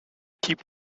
types